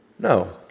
No